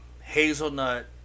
hazelnut